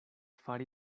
fari